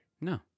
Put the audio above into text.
No